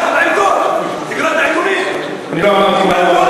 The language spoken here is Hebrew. אני לא במסיבת עיתונאים,